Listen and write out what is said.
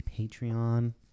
Patreon